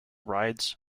rides